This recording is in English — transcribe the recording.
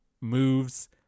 moves